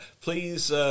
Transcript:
Please